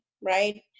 right